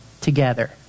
together